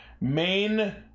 Main